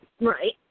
Right